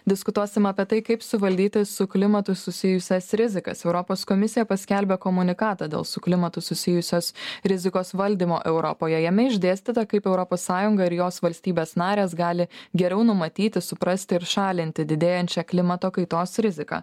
diskutuosim apie tai kaip suvaldyti su klimatu susijusias rizikas europos komisija paskelbė komunikatą dėl su klimatu susijusios rizikos valdymo europoje jame išdėstyta kaip europos sąjunga ir jos valstybės narės gali geriau numatyti suprasti ir šalinti didėjančią klimato kaitos riziką